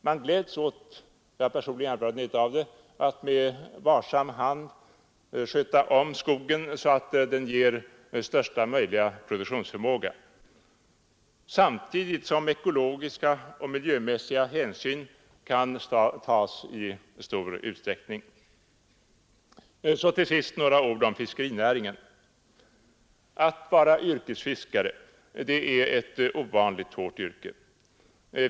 Man gläds åt — jag har personlig erfarenhet av det — att med varsam hand sköta om skogen så att produktionsförmågan utnyttjas effektivt, samtidigt som ekologiska och miljömässiga hänsyn kan tas i stor utsträckning. Så till sist några ord om fiskerinäringen. Att vara yrkesfiskare är ett ovanligt hårt yrke.